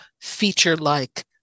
feature-like